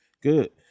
Good